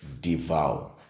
devour